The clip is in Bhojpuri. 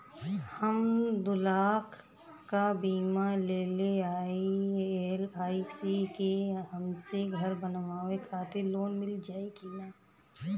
हम दूलाख क बीमा लेले हई एल.आई.सी से हमके घर बनवावे खातिर लोन मिल जाई कि ना?